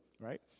Right